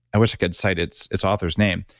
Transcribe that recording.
i wish i could cite its its author's name,